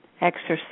exercise